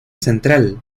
central